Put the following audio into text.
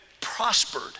prospered